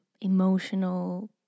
emotional